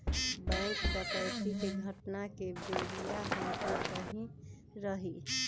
bank डकैती के घटना के बेरिया हम ओतही रही